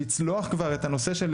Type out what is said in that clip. לצלוח כבר את הנושא של